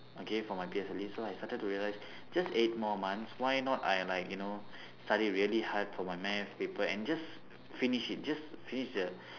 okay for my P_S_L_E so I started to realise just eight more months why not I like you know study really hard for my math paper and just finish it just finish the